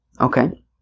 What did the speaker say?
Okay